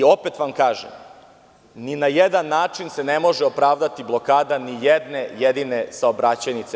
Opet vam kažem, ni na jedan način se ne može opravdati blokada nijedne jedine saobraćajnice.